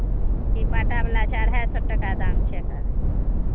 ई बाटावला छै अढ़ाइ सए टाका दाम छै एकर